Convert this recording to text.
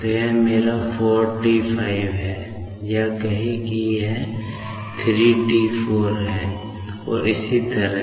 तो यह मेरा 45T है या कहें कि यह 34T है और इसी तरह